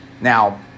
Now